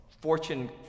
Fortune